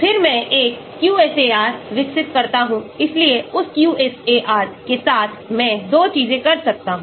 फिर मैं एक QSAR विकसित करता हूं इसलिए उस QSAR के साथ मैं 2 चीजें कर सकता हूं